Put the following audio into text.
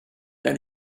then